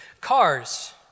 cars